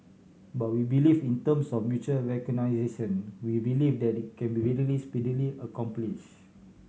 but we believe in terms of mutual recognition we believe that can be readily and speedily accomplished